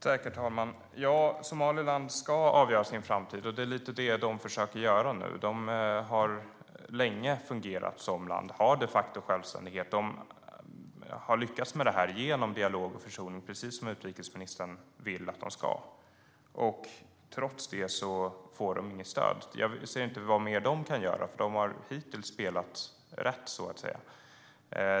Herr talman! Ja, Somaliland ska avgöra sin framtid, och det är lite det som de försöker göra nu. De har länge fungerat som land och har de facto självständighet. De har lyckats med det här genom dialog och försoning, precis som utrikesministern vill att de ska. Trots det får de inget stöd. Jag ser inte vad mer de kan göra, för de har hittills spelat rätt, så att säga.